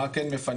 מה כן מפנים,